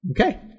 Okay